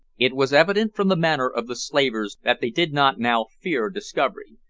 it was evident from the manner of the slavers that they did not now fear discovery,